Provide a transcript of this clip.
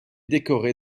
décoré